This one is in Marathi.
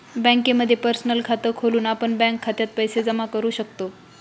बँकेमध्ये पर्सनल खात खोलून आपण बँक खात्यात पैसे जमा करू शकतो